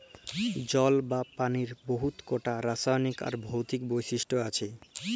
জল বা পালির বহুত কটা রাসায়লিক আর ভৌতিক বৈশিষ্ট আছে